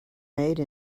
made